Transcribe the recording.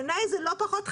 בעיניי זה לא פחות חמור,